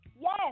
yes